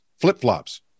flip-flops